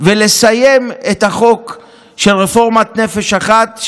ולסיים את החוק של רפורמת נפש אחת,